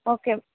okay